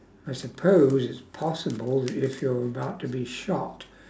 I suppose it's possible if you're about to be shot